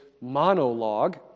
monologue